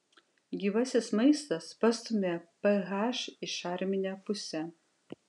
gyvasis maistas pastumia ph į šarminę pusę